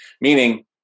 Meaning